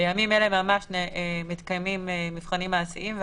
ביום אלה ממש מתקיימים מבחנים מעשיים.